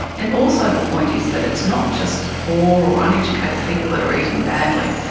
and also the point is that it's not just poor or uneducated people that are eating badly,